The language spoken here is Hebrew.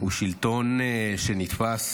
הוא שלטון שנתפס